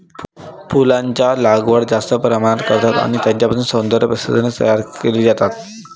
फुलांचा लागवड जास्त प्रमाणात करतात आणि त्यांच्यापासून सौंदर्य प्रसाधने तयार केली जातात